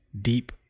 deep